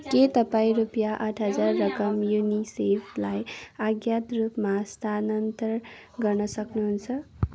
के तपाईँ रुपियाँ आठ हजार रकम युनिसेफलाई अज्ञात रूपमा स्थानान्तर गर्न सक्नुहुन्छ